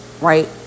right